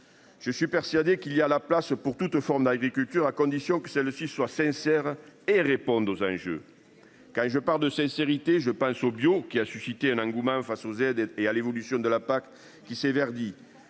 Je suis persuadé qu'il y a la place pour toute forme d'agriculture à condition que celle-ci soit sincère et répondent aux enjeux. Quand je pars de sincérité, je pense au bio qui a suscité un engouement face aux et à des et à l'évolution de la PAC qui s'est